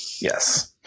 Yes